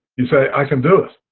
you say i can do it. so